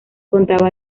contaba